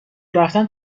رفتن